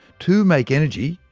to make energy,